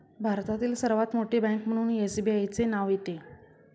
भारतातील सर्वात मोठी बँक म्हणून एसबीआयचे नाव येते